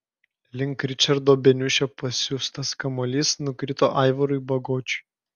link ričardo beniušio pasiųstas kamuolys nukrito aivarui bagočiui